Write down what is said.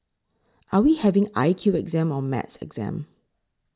are we having I Q exam or maths exam